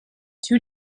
two